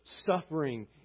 suffering